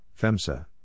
FEMSA